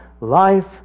life